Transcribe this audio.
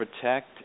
protect